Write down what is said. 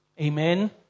Amen